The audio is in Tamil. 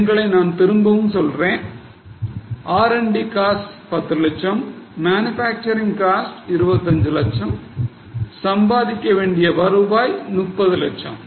எண்களை நான் திரும்பவும் சொல்கிறேன் R and D costs 10 லட்சம் manufacturing cost 25 லட்சம் சம்பாதிக்க வேண்டிய வருவாய் 30 லட்சம்